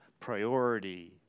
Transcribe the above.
priority